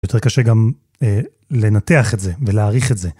יותר קשה גם לנתח את זה ולהעריך את זה.